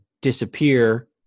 disappear